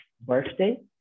birthday